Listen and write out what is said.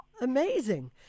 Amazing